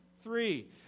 Three